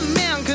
man